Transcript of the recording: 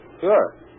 Sure